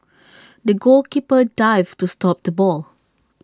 the goalkeeper dived to stop the ball